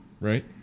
Right